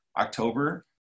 October